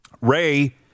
Ray